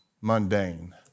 mundane